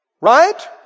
Right